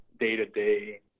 day-to-day